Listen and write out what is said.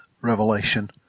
revelation